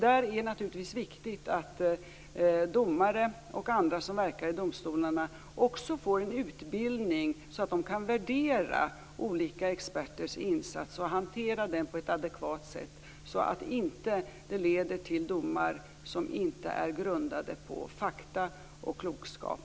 Därför är det naturligtvis viktigt att domare och andra som verkar i domstolarna också får en utbildning i att värdera olika experters insatser och hantera dem på ett adekvat sätt, så att de inte leder till domar som inte grundats på fakta och klokskap.